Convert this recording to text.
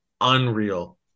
unreal